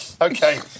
Okay